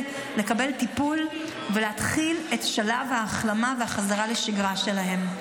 טיפול ולהתחיל את שלב ההחלמה והחזרה לשגרה שלהם.